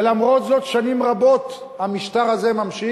ולמרות זאת, שנים רבות המשטר הזה נמשך,